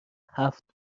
هفت